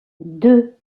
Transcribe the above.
deux